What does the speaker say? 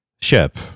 ship